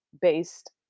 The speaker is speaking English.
based